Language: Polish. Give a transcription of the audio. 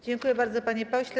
Dziękuję bardzo, panie pośle.